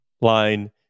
line